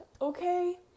okay